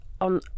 on